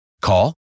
Call